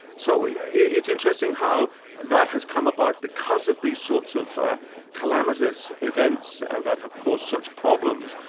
so yeah it's interesting how that has come about because of these sorts of calamitous events that have caused such problems,